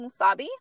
Musabi